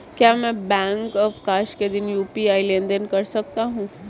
क्या मैं बैंक अवकाश के दिन यू.पी.आई लेनदेन कर सकता हूँ?